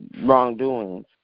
wrongdoings